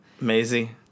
Maisie